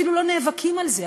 אפילו לא נאבקים על זה,